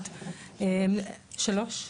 שלוש?